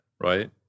right